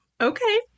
Okay